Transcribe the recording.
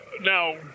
now